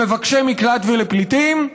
למבקשי מקלט ופליטים,